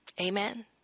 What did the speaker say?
Amen